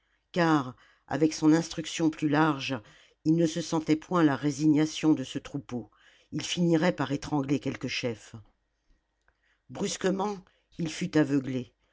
car avec son instruction plus large il ne se sentait point la résignation de ce troupeau il finirait par étrangler quelque chef brusquement il fut aveuglé